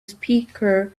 speaker